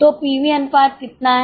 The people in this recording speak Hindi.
तो पीवी अनुपात कितना है